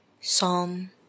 Psalm